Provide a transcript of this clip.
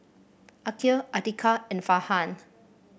Aqil Atiqah and Farhan